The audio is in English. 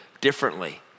differently